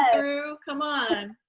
ah thru. come on!